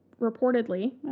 reportedly